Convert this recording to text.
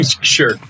Sure